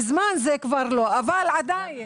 מזמן זה כבר לא, אבל עדיין